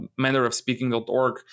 mannerofspeaking.org